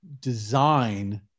design